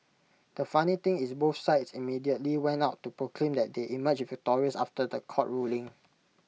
the funny thing is both sides immediately went out to proclaim that they emerged victorious after The Court ruling